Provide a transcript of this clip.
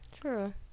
True